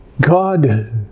God